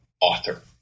author